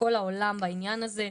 שכל העולם בעניין הזה.